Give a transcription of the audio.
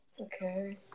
Okay